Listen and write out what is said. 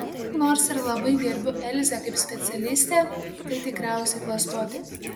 nors ir labai gerbiu elzę kaip specialistę tai tikriausiai klastotė